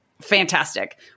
fantastic